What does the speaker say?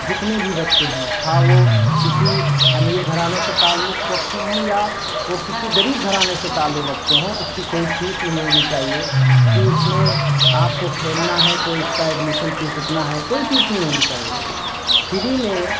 جتنے بھی بچے ہیں خواہ وہ کسی امیر گھرانے سے تعلق رکھتے ہوں یا وہ کسی غریب گھرانے سے تعلق رکھتے ہوں اس کی کوئی فیس نہیں ہونی چاہیے کہ اس میں آپ کو کھیلنا ہے تو اس کا ایڈمیشن فیس اتنا ہے کوئی فیس نہیں ہونی چاہیے فری میں